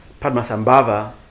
Padmasambhava